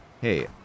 Hey